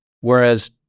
Whereas